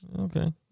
okay